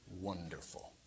wonderful